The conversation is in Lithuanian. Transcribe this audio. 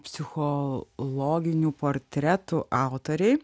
psichologinių portretų autoriai